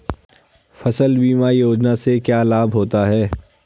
फसल बीमा योजना से क्या लाभ होता है?